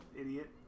idiot